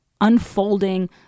unfolding